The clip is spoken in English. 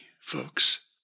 folks